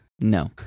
no